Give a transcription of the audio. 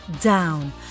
down